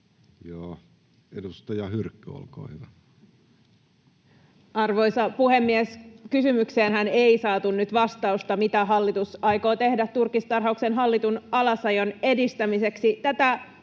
Edustaja Hyrkkö, olkaa hyvä. Arvoisa puhemies! Kysymykseenhän ei saatu nyt vastausta, mitä hallitus aikoo tehdä turkistarhauksen hallitun alasajon edistämiseksi.